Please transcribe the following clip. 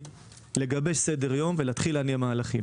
לגבש סדר יום ולהתחיל להניע מהלכים.